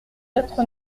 d’être